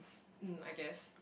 mm I guess